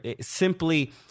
simply